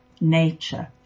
nature